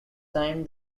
time